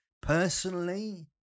Personally